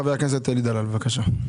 חבר הכנסת אלי דלל, בבקשה.